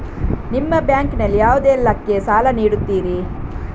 ನಿಮ್ಮ ಬ್ಯಾಂಕ್ ನಲ್ಲಿ ಯಾವುದೇಲ್ಲಕ್ಕೆ ಸಾಲ ನೀಡುತ್ತಿರಿ?